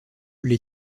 les